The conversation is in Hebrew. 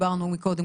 שדיברנו מקודם,